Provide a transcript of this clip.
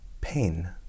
pain